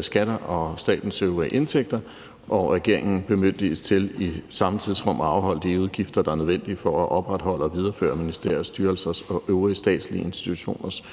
skatter og statens øvrige indtægter, og at regeringen bemyndiges til i samme tidsrum at afholde de udgifter, der er nødvendige for at opretholde og videreføre ministeriers, styrelsers og øvrige statslige institutioners og